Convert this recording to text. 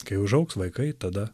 kai užaugs vaikai tada